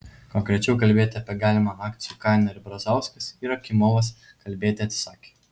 konkrečiau kalbėti apie galimą akcijų kainą ir brazauskas ir akimovas kalbėti atsisakė